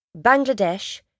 Bangladesh